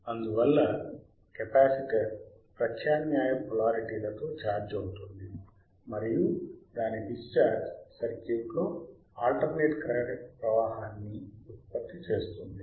అందువల్ల కెపాసిటర్ ప్రత్యామ్నాయ పోలరిటీలతో ఛార్జ్ అవుతుంది మరియు దాని డిశ్చార్జ్ సర్క్యూట్లో ఆల్టర్నేట్ కరెంట్ ప్రవాహాన్ని ఉత్పత్తి చేస్తుంది